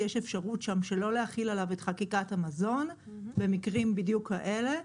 יש אפשרות שם שלא להחיל עליו את חקיקת המזון במקרים בדיוק כאלה,